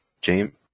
James